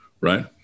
right